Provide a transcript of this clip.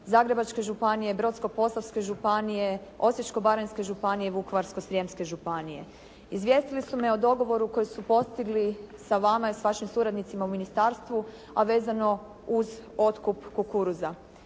Zagrebačke županije, Brodsko-posavske županije, Osječko-baranjske županije i Vukovarsko-srijemske županije. Izvijestili su me o dogovoru koji su postigli sa vama i s vašim suradnicima u ministarstvu, a vezano uz otkup kukuruza.